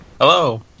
Hello